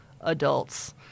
adults